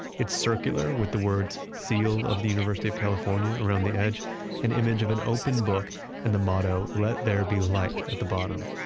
it's circular with the word seal of the university of california around the edge and image of an open book and the motto, let there be light at the bottom.